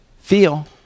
feel